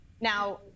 Now